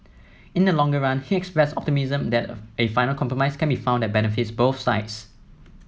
in the longer run he expressed optimism that a final compromise can be found that benefits both sides